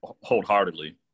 wholeheartedly